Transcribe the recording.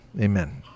Amen